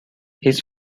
his